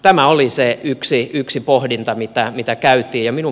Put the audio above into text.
tämä oli se yksi pohdinta mitä käytiin